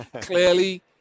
clearly